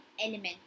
element